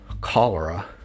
cholera